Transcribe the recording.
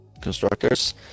Constructors